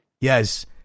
Yes